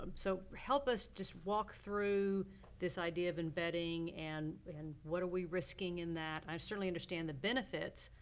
so help us just walk through this idea of embedding and and what are we risking in that. i certainly understand the benefits,